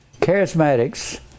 charismatics